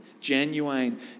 Genuine